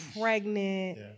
pregnant